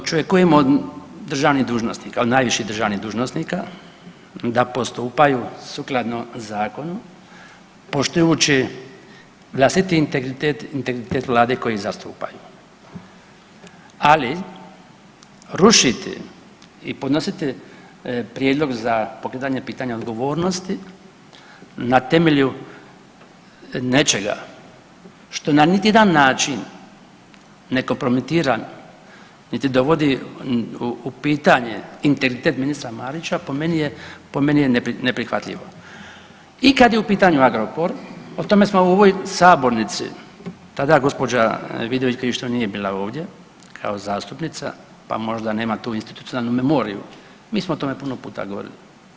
Prema tome, očekujemo od državnih dužnosnika, od najviših državnih dužnosnika da postupaju sukladno zakonu poštujući vlastiti integritet i integritet vlade koja ih zastupa, ali rušiti i podnositi prijedlog za pokretanje pitanja odgovornosti na temelju nečega što na niti jedan način ne kompromitira niti dovodi u pitanje integritet ministra Marića po meni je, po meni je neprihvatljivo i kad je u pitanju Agrokor o tome smo u ovoj sabornici, tada gospođa Vidović Krišto nije bila ovdje kao zastupnica pa možda nema tu institucionalnu memoriju, mi smo o tome puno puta govorili.